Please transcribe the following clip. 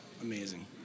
amazing